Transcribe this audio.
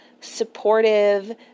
supportive